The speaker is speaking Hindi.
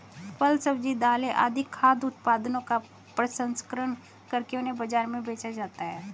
फल, सब्जी, दालें आदि खाद्य उत्पादनों का प्रसंस्करण करके उन्हें बाजार में बेचा जाता है